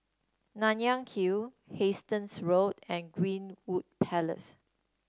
Nanyang Hill Hastings Road and Greenwood Palace